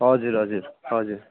हजुर हजुर हजुर